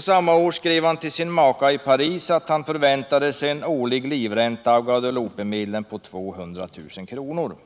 Samma år skrev han till sin maka i Paris att han förväntade sig en årlig livränta av Guadeloupemedlen på 200 000 kr.